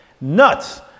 Nuts